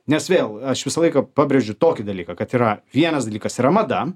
nes vėl aš visą laiką pabrėžiu tokį dalyką kad yra vienas dalykas yra mada